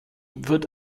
wird